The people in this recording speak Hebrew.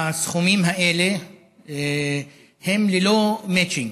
הסכומים האלה הם ללא מצ'ינג,